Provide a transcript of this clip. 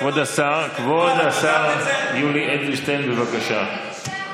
כבוד השר יולי אדלשטיין, בבקשה.